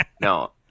No